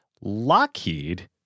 Lockheed